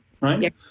Right